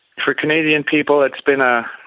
for canadian people it's been a